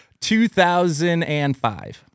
2005